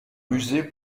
musée